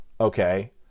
okay